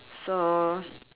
so